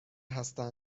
هستند